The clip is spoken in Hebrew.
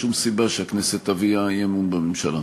שום סיבה שהכנסת תביע אי-אמון בממשלה.